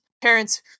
Parents